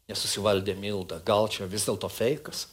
nesusivaldė milda gal čia vis dėlto feikas